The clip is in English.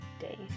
day